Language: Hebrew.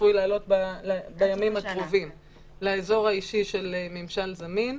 צפוי לעלות בימים הקרובים לאזור האישי של ממשל זמין,